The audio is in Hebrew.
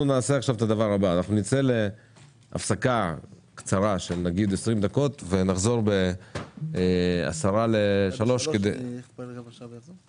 אנחנו נצא להפסקה קצרה של 20 דקות ונחזור בשעה 15:00. (הישיבה נפסקה בשעה 14:30 ונתחדשה בשעה 15:00.)